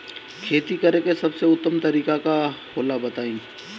खेती करे के सबसे उत्तम तरीका का होला बताई?